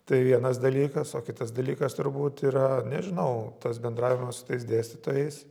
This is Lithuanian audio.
tai vienas dalykas o kitas dalykas turbūt yra nežinau tas bendravimas su tais dėstytojais